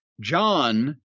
John